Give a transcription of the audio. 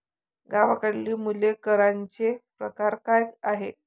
गावाकडली मुले करांचे प्रकार काय आहेत?